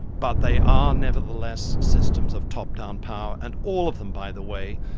but they are nevertheless systems of top-down power, and all of them, by the way,